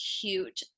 cute